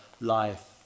life